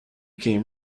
came